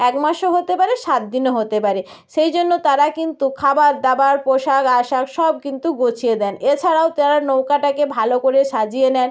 এক মাসও হতে পারে সাত দিনও হতে পারে সেই জন্য তারা কিন্তু খাবার দাবার পোশাক আশাক সব কিন্তু গোছিয়ে দেন এছাড়াও তারা নৌকাটাকে ভালো করে সাজিয়ে নেন